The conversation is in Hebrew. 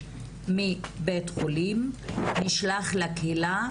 מבית-חולים - נשלח לקהילה,